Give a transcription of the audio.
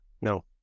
No